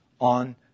on